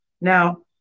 Now